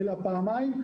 אלא פעמיים.